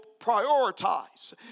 prioritize